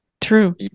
true